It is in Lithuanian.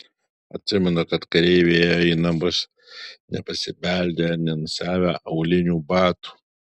atsimenu kad kareiviai įėjo į namus nepasibeldę ir nenusiavę aulinių batų